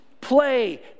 play